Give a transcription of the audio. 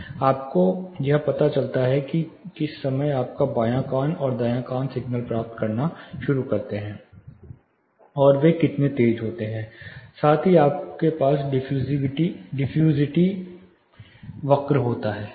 इससे आपको यह पता चलता है कि किस समय आपका बायाँ कान और दायाँ कान सिग्नल प्राप्त करना शुरू करते हैं और वे कितने तेज होते हैं साथ ही आपके पास डिफ्यूसिटी वक्र होता है